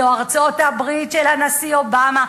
זו ארצות-הברית של הנשיא אובמה,